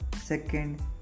second